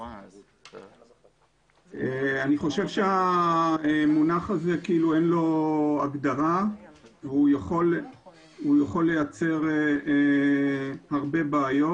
אני חושב שהמונח הזה אין לו הגדרה והוא יכול לייצר הרבה בעיות.